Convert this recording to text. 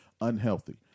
unhealthy